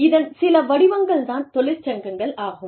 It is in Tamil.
இதன் சில வடிவங்கள் தான் தொழிற்சங்கங்கள் ஆகும்